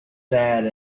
sad